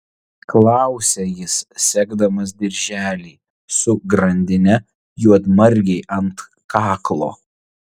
klausia jis segdamas dirželį su grandine juodmargei ant kaklo